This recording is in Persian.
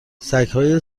سگهای